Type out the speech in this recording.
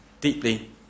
deeply